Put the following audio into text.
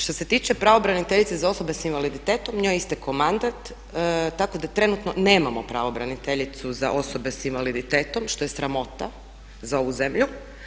Šta se tiče pravobraniteljice za osobe sa invaliditetom njoj je istekao mandat, tako da trenutno nemamo pravobraniteljicu za osobe sa invaliditetom što je sramota za ovu zemlju.